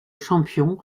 champion